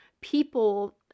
people